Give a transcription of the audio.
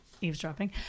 eavesdropping